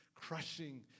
crushing